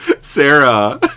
Sarah